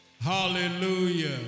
Hallelujah